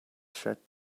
set